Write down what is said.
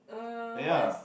uh what is